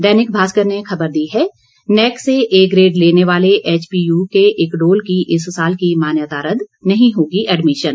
दैनिक भास्कर ने खबर दी है नैक से ए ग्रेड लेने वाले एचपीयू के इक्डोल की इस साल की मान्यता रद्द नहीं होगी एडमिशन